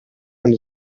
and